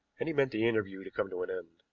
and he meant the interview to come to an end.